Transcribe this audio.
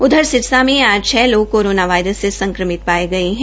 उधर सिरसा मेँ आज छः लोग कोरोना वायरस से संक्रमित पाए गए हैं